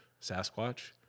sasquatch